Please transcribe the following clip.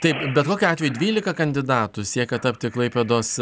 taip bet kokiu atveju dvylika kandidatų siekia tapti klaipėdos